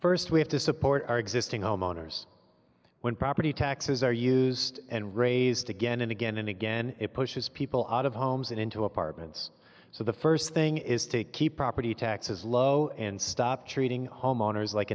first we have to support our existing homeowners when property taxes are used and raised again and again and again it pushes people out of homes and into apartments so the first thing is to keep property taxes low and stop treating homeowners like